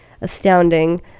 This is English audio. astounding